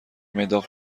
مقدار